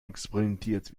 experimentiert